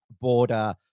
border